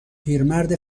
پیرمرد